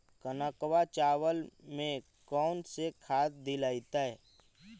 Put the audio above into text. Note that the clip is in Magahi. कनकवा चावल में कौन से खाद दिलाइतै?